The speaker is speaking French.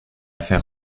faire